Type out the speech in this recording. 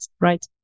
right